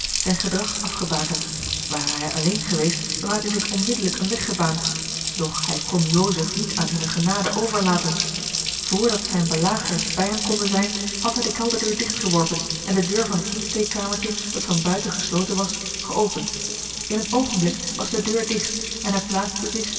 zijn gedrag afgebakend ware hij alleen geweest dan had hij zich onmiddellijk een weg gebaand doch hij kon joseph niet aan hunne genade overlaten vrdat zijne belagers bij hem konden zijn had hij de kelderdeur digt geworpen en de deur van het insteekkamertje dat van buiten gesloten was geopend in een oogenblik was de deur digt en hij plaatste zich